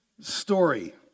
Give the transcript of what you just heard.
Story